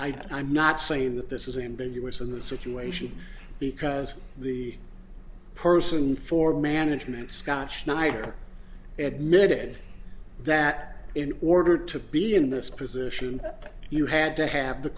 but i'm not saying that this is ambiguous in this situation because the person for management scott schneider admitted that in order to be in this position you had to have the